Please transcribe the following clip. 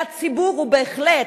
והציבור הוא בהחלט,